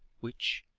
which,